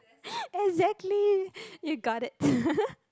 exactly you got it